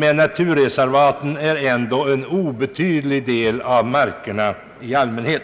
men naturreservaten utgör ändå en obetydlig del av markerna i allmänhet.